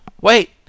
Wait